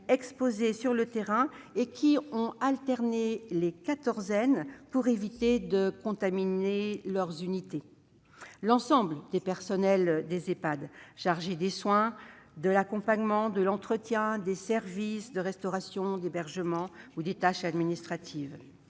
exposés sur le terrain, qui ont observé un régime de quatorzaines pour éviter de contaminer leurs unités ; l'ensemble des personnels des Ehpad, chargés des soins, de l'accompagnement, de l'entretien, des services de restauration et d'hébergement ou des tâches administratives